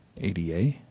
ADA